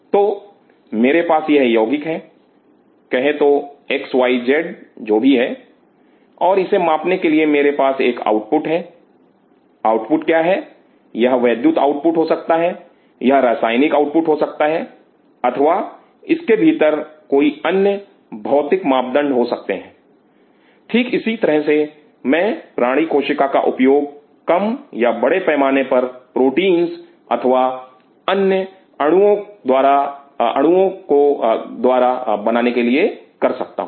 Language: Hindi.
तो मेरे पास यह यौगिक है कहे तो एक्स वाई जेड जो भी है और इसे मापने के लिए मेरे पास एक आउटपुट है आउटपुट क्या है यह वैद्युत आउटपुट हो सकता है यह रासायनिक आउटपुट हो सकता है अथवा यह इसके भीतर कोई अन्य भौतिक मापदंड हो सकता है ठीक इसी तरह मैं प्राणी कोशिका का उपयोग कम या बड़े पैमाने पर प्रोटींस अथवा अन्य को अणुओ द्वारा बनाने के लिए कर सकता हूं